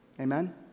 Amen